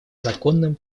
законным